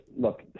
look